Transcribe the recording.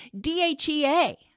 DHEA